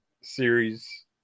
series